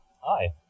Hi